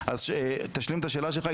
אז תשלים את השאלה שלך,